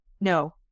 No